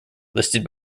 listed